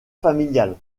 familial